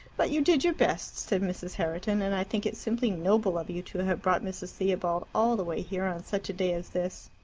but you did your best, said mrs. herriton. and i think it simply noble of you to have brought mrs. theobald all the way here on such a day as this.